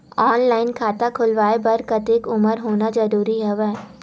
Online खाता खुलवाय बर कतेक उमर होना जरूरी हवय?